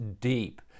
deep